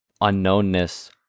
unknownness